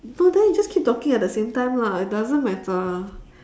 no then you just keep talking at the same time lah it doesn't matter